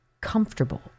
comfortable